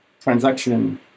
transaction